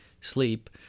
sleep